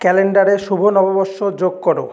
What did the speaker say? ক্যালেন্ডারে শুভ নববর্ষ যোগ করো